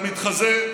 אתה מתחזה,